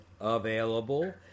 available